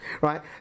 right